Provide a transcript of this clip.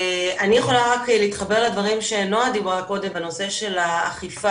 אני יכולה רק להתחבר לדברים שנעה אמרה קודם בנושא האכיפה.